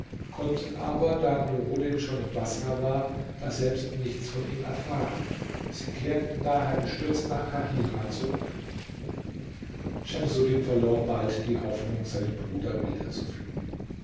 konnten aber da nuruddin schon in baßrah war daselbst nichts von ihm erfahren sie kehrten daher bestürzt nach kahirah zurück schemsuddin verlor bald die hoffnung seinen bruder wiederzufinden